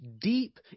deep